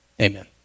amen